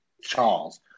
Charles